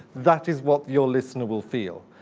that is what your listener will feel.